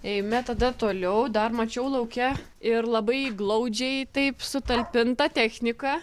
eime tada toliau dar mačiau lauke ir labai glaudžiai taip sutalpinta technika